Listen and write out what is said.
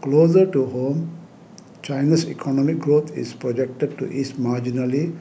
closer to home China's economic growth is projected to ease marginally